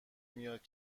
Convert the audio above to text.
میاید